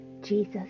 Jesus